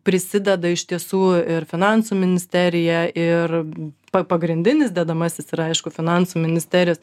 prisideda iš tiesų ir finansų ministerija ir pa pagrindinis dedamasis yra aišku finansų ministerijos